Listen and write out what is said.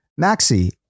Maxi